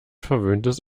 verwöhntes